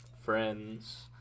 friends